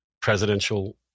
presidential